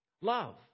Love